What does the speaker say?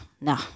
no